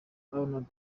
arnold